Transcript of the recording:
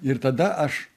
ir tada aš